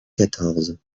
quatorze